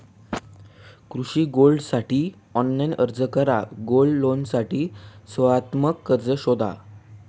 कृषी गोल्ड लोनसाठी ऑनलाइन अर्ज करा गोल्ड लोनसाठी सर्वोत्तम कर्ज शोधा